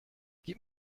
gib